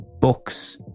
books